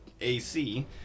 AC